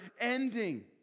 ending